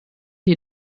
die